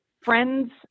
friends